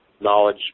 knowledge